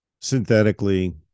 synthetically